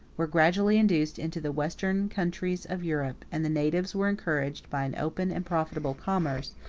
were gradually introduced into the western countries of europe and the natives were encouraged, by an open and profitable commerce,